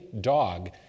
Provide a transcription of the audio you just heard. dog